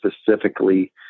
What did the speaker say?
specifically